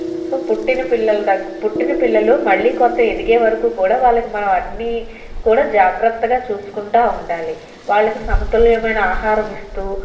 so పుట్టిన పిల్లలకు పుట్టిన పిల్లలు మళ్ళీ కొంత ఎదిగే వరకు కూడా వాళ్లకు మనం అన్ని కూడా జాగ్రత్తగా చూసుకుంటూ ఉండాలి వాళ్ళకి సమతుల్యమైన ఆహారం ఇస్తూ